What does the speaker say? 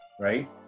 right